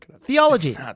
theology